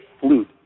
flute